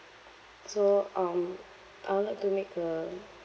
so um I would like to make a